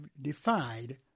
defied